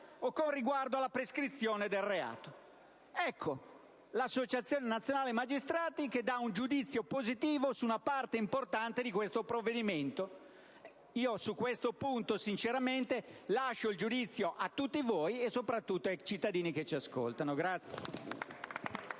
o con riguardo alla prescrizione del reato. Pertanto, l'Associazione nazionale magistrati esprime un giudizio positivo su una parte importante di questo provvedimento. Su questo punto, lascio il giudizio a tutti voi e soprattutto ai cittadini che ci ascoltano.